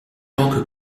tant